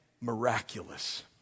miraculous